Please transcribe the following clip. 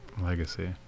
Legacy